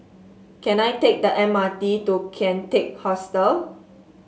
can I take the M R T to Kian Teck Hostel